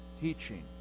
teaching